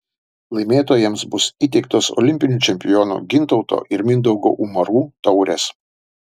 laimėtojams bus įteiktos olimpinių čempionų gintauto ir mindaugo umarų taurės